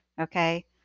Okay